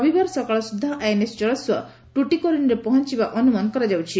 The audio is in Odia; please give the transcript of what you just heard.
ରବିବାର ସକାଳ ସୁଦ୍ଧା ଆଏନ୍ଏସ୍ ଜଳସ୍ୱ ଟୁଟିକୋରିନ୍ରେ ପହଞ୍ଚିବା ଅନୁମାନ କରାଯାଉଛି